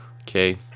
okay